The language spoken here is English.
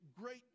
great